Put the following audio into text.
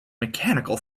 mechanical